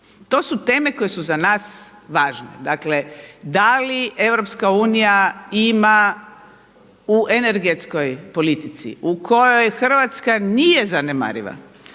To su teme koje su za nas važne. Dakle, da li EU ima u energetskoj politici u kojoj Hrvatska nije zanemariva